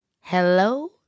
Hello